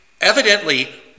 evidently